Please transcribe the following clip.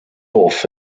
off